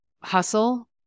hustle